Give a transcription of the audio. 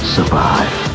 Survive